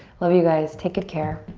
love you guys, take good care.